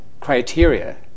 criteria